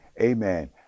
amen